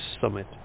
summit